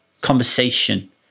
conversation